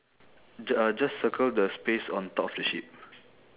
ju~ uh just circle the space on top of the sheep